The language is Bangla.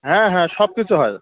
হ্যাঁ হ্যাঁ সবকিছু হয়